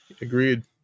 agreed